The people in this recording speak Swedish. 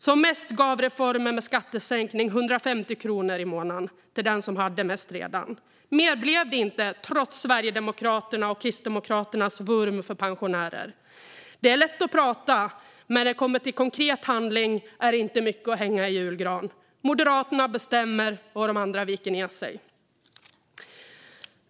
Som mest gav reformen med skattesänkning 150 kronor i månaden till den som redan hade mest. Mer blev det inte trots Sverigedemokraternas och Kristdemokraternas vurm för pensionärer. Det är lätt att prata. När det kommer till konkret handling är det inte mycket att hänga i julgranen. Moderaterna bestämmer, och de andra viker ned sig.